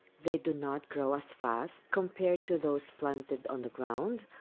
they do not grow as fast compared to those planted on the ground,